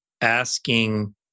asking